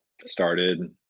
started